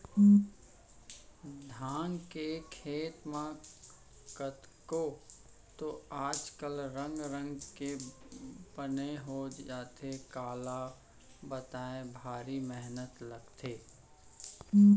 धान के खेत म कतको तो आज कल रंग रंग के बन हो जाथे काला बताबे भारी मेहनत लागथे